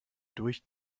durch